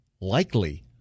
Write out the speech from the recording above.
likely